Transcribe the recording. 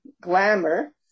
glamour